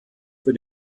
für